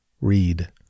read